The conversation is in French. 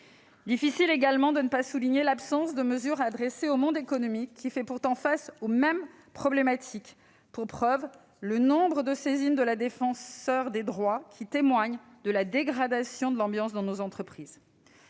difficile de ne pas souligner l'absence de mesures adressées au monde économique, qui fait pourtant face aux mêmes problématiques. Pour preuve, le nombre de saisines de la Défenseure des droits témoigne de la dégradation de l'ambiance dans nos entreprises.